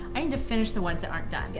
i need to finish the ones that aren't done, yeah